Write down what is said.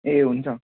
ए हुन्छ